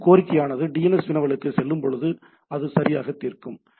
இது கோரிக்கையானது டிஎன்எஸ் வினவலுக்குச் செல்லும்போது அதை சரியாகத் தீர்க்கும்